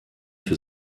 für